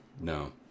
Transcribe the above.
No